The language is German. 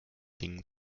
dingen